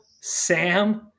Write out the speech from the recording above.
Sam